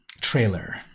trailer